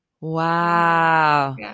Wow